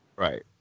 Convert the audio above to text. Right